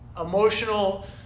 emotional